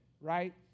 right